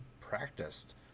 practiced